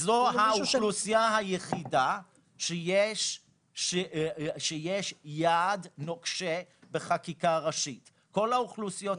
-- וזוהי האוכלוסייה היחידה שיש יעד נוקשה בחקיקה ראשית לגביה.